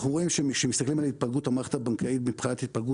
כשמסתכלים על המערכת הבנקאית מבחינת התפלגות